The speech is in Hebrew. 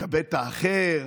כבד את האחר.